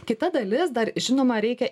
kita dalis dar žinoma reikia